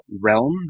realm